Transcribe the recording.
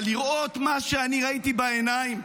אבל לראות מה שאני ראיתי בעיניים,